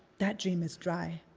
that dream is dry.